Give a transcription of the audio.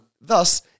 thus